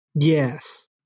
yes